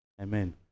Amen